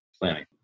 planning